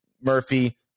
Murphy